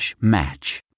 match